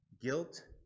guilt